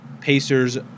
Pacers